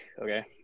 okay